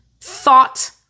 thought